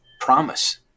promise